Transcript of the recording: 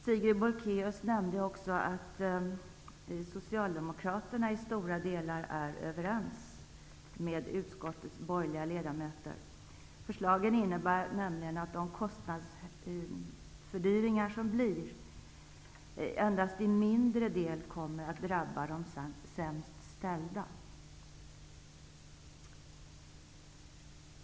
Sigrid Bolkéus nämnde också att Socialdemokraterna i stora delar är överens med utskottets borgerliga ledamöter. Förslagen innebär nämligen att de kostnadsfördyringar som uppstår endast i mindre del kommer att drabba de sämst ställda.